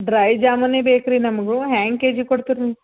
dry ಜಾಮೂನೇ ಬೇಕು ರೀ ನಮಗೂ ಹ್ಯಾಂಗೆ ಕೆಜಿ ಕೊಡ್ತೀರ ರೀ